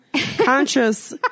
conscious